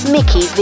Mickey